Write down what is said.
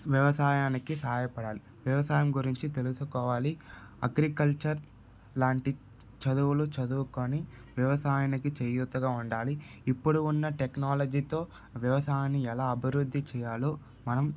స వ్యవసాయానికి సహాయపడాలి వ్యవసాయం గురించి తెలుసుకోవాలి అగ్రికల్చర్ లాంటి చదువులు చదువుకొని వ్యవసాయానికి చేయూతగా ఉండాలి ఇప్పుడు ఉన్న టెక్నాలజీతో వ్యవసాయాన్ని ఎలా అభివృద్ధి చేయాలో మనం